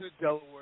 Delaware